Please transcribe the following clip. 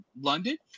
London